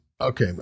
okay